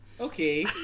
Okay